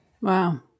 Wow